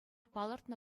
палӑртнӑ